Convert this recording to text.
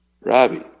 Robbie